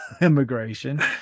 immigration